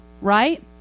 right